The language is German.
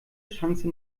chance